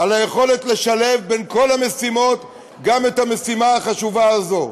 על היכולת לשלב בין כל המשימות גם את המשימה החשובה הזאת.